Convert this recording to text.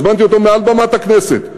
הזמנתי אותו מעל במת הכנסת,